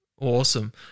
Awesome